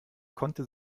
konnte